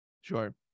Sure